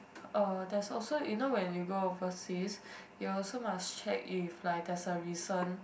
uh there's also you know when you go overseas you also must check if like there's a recent